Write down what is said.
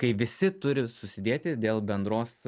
kai visi turi susidėti dėl bendros